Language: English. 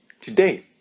today